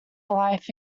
life